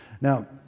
Now